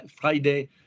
Friday